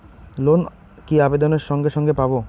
Loan কি আবেদনের সঙ্গে সঙ্গে পাব?